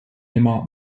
immer